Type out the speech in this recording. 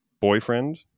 boyfriend